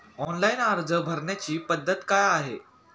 Online अर्ज भरण्याची पद्धत काय आहे?